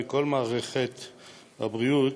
וכל מערכת הבריאות,